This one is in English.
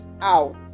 out